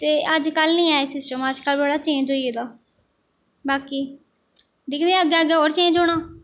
ते अज्जकल निं ऐ एह् सिस्टम अज्जकल बड़ा चेंज होई गेदा ऐ बाकी दिखदे अग्गें अग्गें होर चेंज होना